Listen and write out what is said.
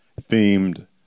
themed